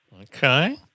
Okay